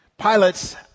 pilots